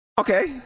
Okay